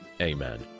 Amen